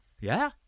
Yeah